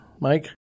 mike